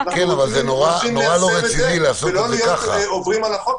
ואנחנו לא רוצים להיות עוברים על החוק,